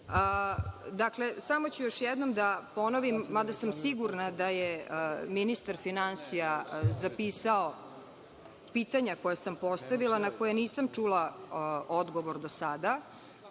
kraj. Dakle, samo ću još jednom da ponovim, mada sam sigurna da je ministar finansija zapisao pitanja koja sam postavio, na koja nisam čula odgovor do sada,